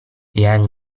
young